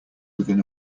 within